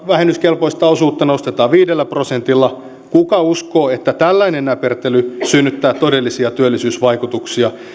vähennyskelpoista osuutta nostetaan viidellä prosentilla kuka uskoo että tällainen näpertely synnyttää todellisia työllisyysvaikutuksia